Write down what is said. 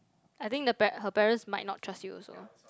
I think the pa~ her parents might not trust you also